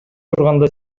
турганда